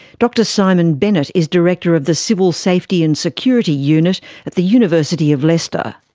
dr simon bennett is director of the civil safety and security unit at the university of leicester.